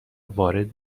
وارد